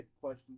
question